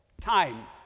time